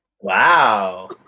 Wow